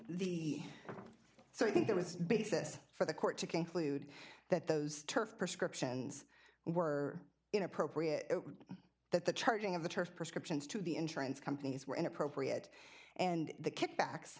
the so i think there was a basis for the court to conclude that those turf prescriptions were inappropriate that the charging of the turf prescriptions to the insurance companies were inappropriate and the kickbacks